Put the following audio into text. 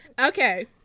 Okay